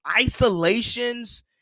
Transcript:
isolations